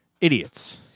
idiots